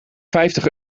vijftig